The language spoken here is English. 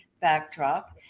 backdrop